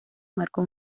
marcó